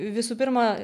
visų pirma